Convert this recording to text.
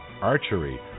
archery